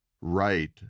right